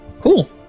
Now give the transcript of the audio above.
cool